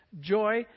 joy